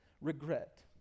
regret